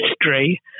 history